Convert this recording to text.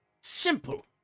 simple